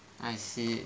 I see